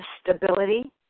stability